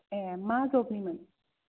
ए मा जबनिमोन